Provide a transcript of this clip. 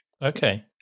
Okay